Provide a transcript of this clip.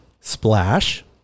splash